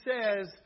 says